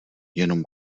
jenom